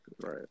Right